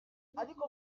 ariko